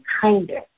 kinder